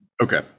Okay